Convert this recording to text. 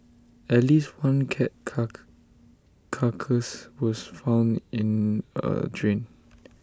at least one cat car carcass was found in A drain